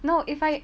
no if I